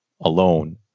alone